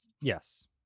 yes